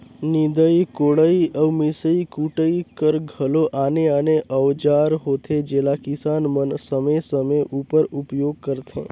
निदई कोड़ई अउ मिसई कुटई कर घलो आने आने अउजार होथे जेला किसान मन समे समे उपर उपियोग करथे